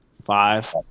five